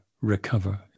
recover